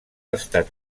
estat